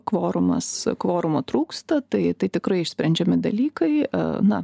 kvorumas kvorumo trūksta tai tai tikrai išsprendžiami dalykai na